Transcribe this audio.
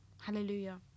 Hallelujah